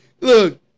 Look